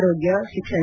ಆರೋಗ್ಯ ಶಿಕ್ಷಣ